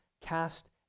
cast